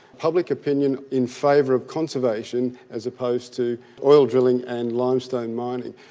public opinion in favour of conservation as opposed to oil drilling and limestone mining.